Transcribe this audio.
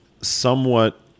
somewhat